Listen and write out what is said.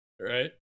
Right